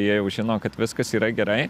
jie jau žino kad viskas yra gerai